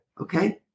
okay